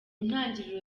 ntangiriro